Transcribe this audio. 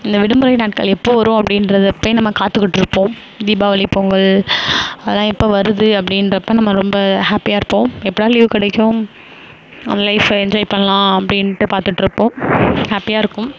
இந்த விடுமுறை நாட்கள் எப்போது வரும் அப்படீன்றதப்பப்பயே நாம் காத்துக்கிட்டு இருப்போம் தீபாவளி பொங்கல் அதெலாம் எப்போ வருது அப்படீன்றப்ப நம்ம ரொம்ப ஹேப்பியாக இருப்போம் எப்படா லீவு கிடைக்கும் லைஃப்பை என்ஜாய் பண்ணலாம் அப்படீன்ட்டு பார்த்துட்டு இருப்போம் ஹேப்பியாக இருக்கும்